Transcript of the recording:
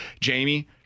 Jamie